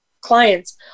clients